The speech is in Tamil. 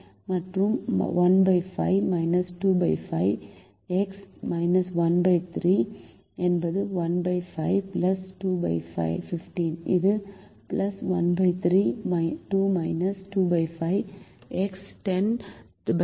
மற்றும் 15 25 x 13 என்பது 15 215 இது 13 2 25 x 10 3 2 43